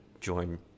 join